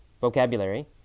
vocabulary